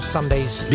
Sunday's